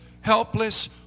helpless